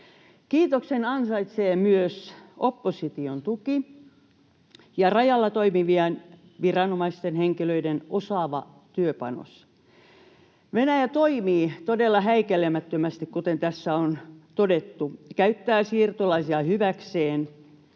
Kiitoksen ansaitsee myös opposition tuki ja rajalla toimivien viranomaishenkilöiden osaava työpainos. Venäjä toimii todella häikäilemättömästi, kuten tässä on todettu, käyttää siirtolaisia hyväkseen.